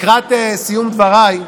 לקראת סיום דבריי,